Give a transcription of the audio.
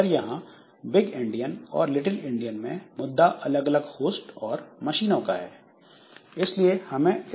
पर यहां big endian और लिटिल इंडियन में मुख्य मुद्दा अलग अलग होस्ट और मशीनों में अलग अलग फॉर्मेट का है